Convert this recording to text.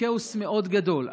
לכאוס מאוד גדול.